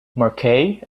marquette